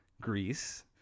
greece